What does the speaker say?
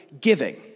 giving